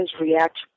react